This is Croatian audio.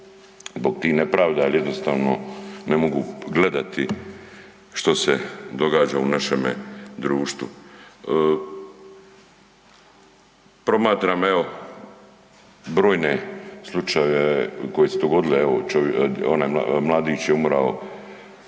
Zbog tih nepravda jer jednostavno ne mogu gledati što se događa u našemu društvu. Promatram, evo, brojne slučajeve koji su se dogodili, evo, onaj mladić je umro